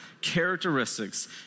characteristics